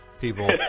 people